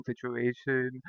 situation